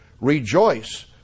Rejoice